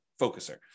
focuser